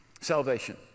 salvation